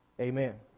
amen